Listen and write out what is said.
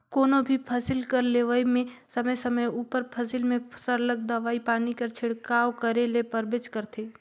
कोनो भी फसिल कर लेवई में समे समे उपर फसिल में सरलग दवई पानी कर छिड़काव करे ले परबेच करथे